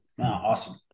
awesome